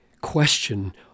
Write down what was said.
question